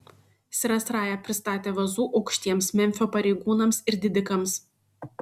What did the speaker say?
siras raja pristatė vazų aukštiems memfio pareigūnams ir didikams